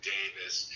Davis